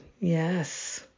Yes